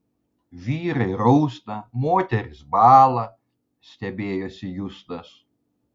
vyrai rausta moterys bąla stebėjosi justas